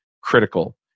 critical